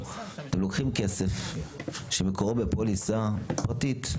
אתם לוקחים כסף שמקורו בפוליסה פרטית,